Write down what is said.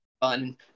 fun